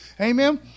Amen